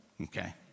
okay